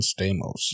Stamos